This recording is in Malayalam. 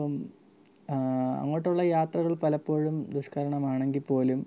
ഇപ്പം അങ്ങോട്ടുള്ള യാത്രകൾ പലപ്പോഴും ദുഷ്കരണമാണെങ്കിൽ പോലും